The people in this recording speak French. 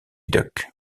duck